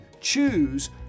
choose